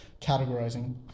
categorizing